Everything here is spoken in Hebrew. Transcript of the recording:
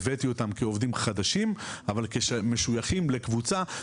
הבאתי אותם כעובדים חדשים אבל משויכים לקבוצה,